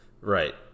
Right